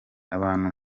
abantu